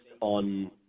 on